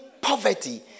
poverty